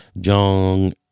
jong